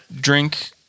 drink